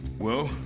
well!